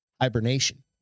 hibernation